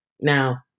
Now